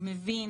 מבין